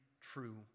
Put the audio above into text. true